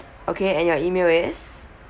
okay and your email is